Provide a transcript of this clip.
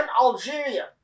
Algeria